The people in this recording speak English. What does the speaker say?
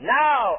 now